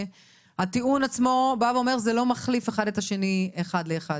הטיעון עצמו אומר שזה לא מחליף אחד את השני אחד לאחד.